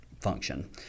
function